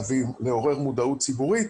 לעורר מודעות ציבורית,